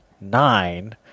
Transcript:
nine